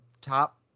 top